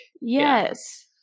yes